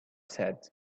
said